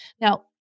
Now